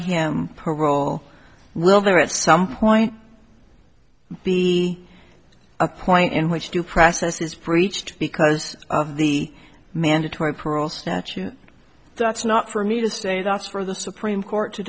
him parole well there at some point be a point in which due process is breached because of the mandatory parole statute that's not for me to stay that's for the supreme court to